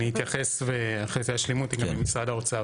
אני אתייחס ואחר כך ישלימו אותי גם ממשרד האוצר.